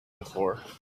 before